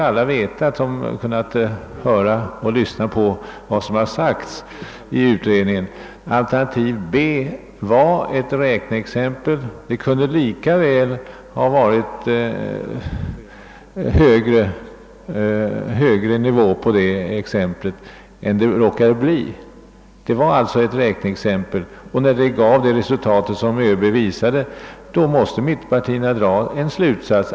Alla som lyssnade på vad som förekom i utredningen märkte väl att alternativ B var ett räkneexempel; alternativet kunde lika väl ha legat på en högre nivå än det gjorde. Och när det räkneexemplet gav det resultat ÖB påvisade, måste mittenpartierna givetvis dra en slutsats.